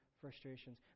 frustrations